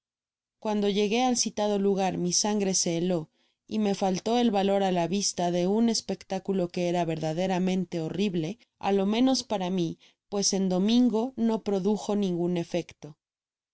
cuando llegué ai citado lugar mi sangre se heló y me falló el valor á la vista de un espectáculo que era verdaderamente horrible á lo menos para mí pues en domingo no produjo ningun efecto